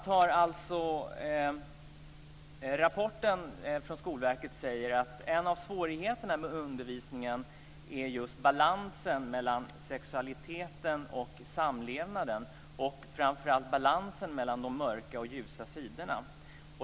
I rapporten från Skolverket sägs att en av svårigheterna med undervisningen är just balansen mellan sexualiteten och samlevnaden, och framför allt balansen mellan de mörka och ljusa sidorna.